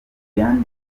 yandi